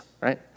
right